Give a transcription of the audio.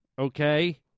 Okay